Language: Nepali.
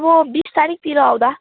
अब बिस तारिकतिर आउँदा